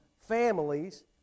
families